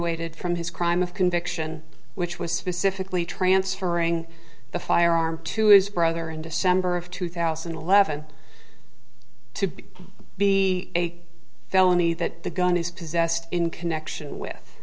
attenuated from his crime of conviction which was specifically transferring the firearm to as brother in december of two thousand and eleven to be a felony that the gun is possessed in connection with